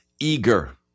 eager